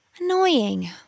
Annoying